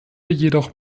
jedoch